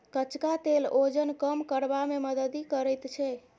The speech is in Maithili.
कचका तेल ओजन कम करबा मे मदति करैत छै